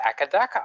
Akadaka